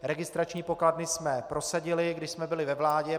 Registrační pokladny jsme prosadili, když jsme byli ve vládě.